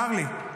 קר לי.